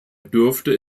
dürfte